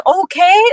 okay